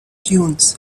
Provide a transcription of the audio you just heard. dunes